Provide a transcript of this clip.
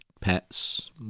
pets